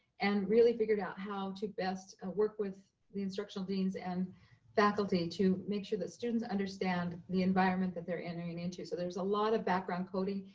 and really figured out how to best ah work with the instructional deans and faculty to make sure that students understand the environment that they're entering into. so there's a lot of background coding.